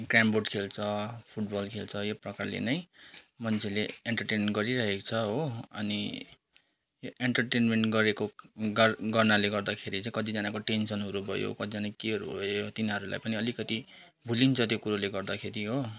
carrom board खेल्छ football खेल्छ यो प्रकारले नै मान्छेले इन्टरटेनमेन्ट गरिरहेको छ अनि यो इन्टरटेनमेन्ट गरेको गर् गर्नाले गर्दाखेरि चाहिँ कतिजनाको टेन्सनहरू भयो कतिजनाको केहरू भयो तिनीहरूलाई पनि अलिकति भुलिन्छ त्यो कुराले गर्दाखेरि हो